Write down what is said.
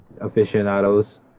aficionados